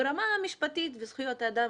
ברמה המשפטית וזכויות האדם,